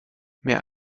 mehr